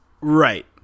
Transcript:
Right